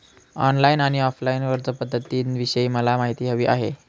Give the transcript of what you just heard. online आणि offline अर्जपध्दतींविषयी मला माहिती हवी आहे